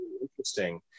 interesting